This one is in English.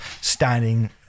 standing